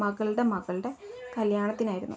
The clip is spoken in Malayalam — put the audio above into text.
മകളുടെ മകളുടെ കല്യാണത്തിനായിരുന്നു